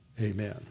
Amen